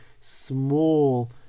small